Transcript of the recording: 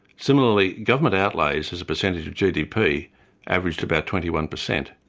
similarly, government outlays as a percentage of gdp averaged about twenty one percent,